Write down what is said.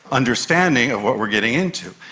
understanding of what we're getting into.